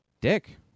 dick